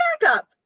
backup